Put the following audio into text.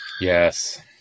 Yes